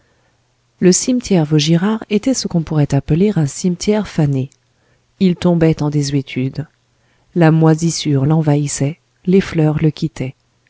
le cimetière vaugirard était ce qu'on pourrait appeler un cimetière fané il tombait en désuétude la moisissure l'envahissait les fleurs le quittaient